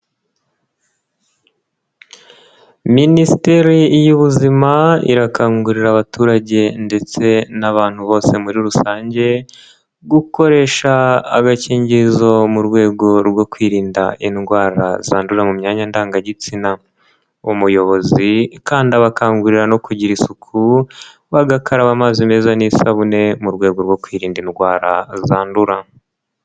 Minisiteri y'ubuzima irakangurira abaturage ndetse n'abantu bose muri rusange gukoresha agakingirizo mu rwego rwo kwirinda indwara zandurira mu myanya ndangagitsina, umuyobozi kandi abakangurira no kugira isuku bagakaraba amazi meza n'isabune mu rwego rwo kwirinda indwara zandura.